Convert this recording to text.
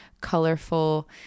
colorful